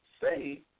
say